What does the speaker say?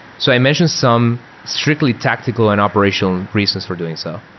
so i mentioned some strictly tactical and operational and reasons for doing so,